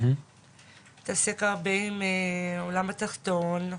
מתעסק הרבה עם עולם התחתון.